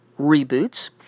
Reboots